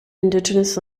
indigenous